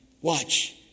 watch